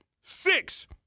six